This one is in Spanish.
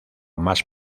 más